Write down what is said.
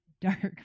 Dark